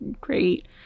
great